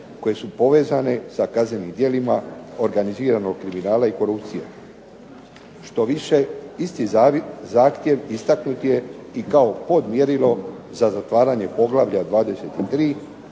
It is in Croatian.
koje su povezane sa kaznenim djelima organiziranog kriminala i korupcije, što više isti zahtjev istaknut je kao podmjerilo za zatvaranje poglavlja 23